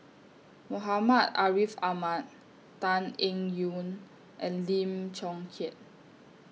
Muhammad Ariff Ahmad Tan Eng Yoon and Lim Chong Keat